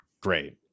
great